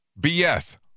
BS